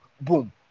boom